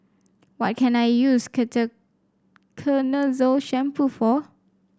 what can I use Ketoconazole Shampoo for